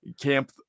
camp